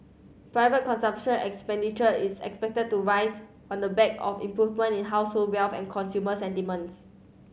private consumption expenditure is expected to rise on the back of in household wealth and consumer sentiments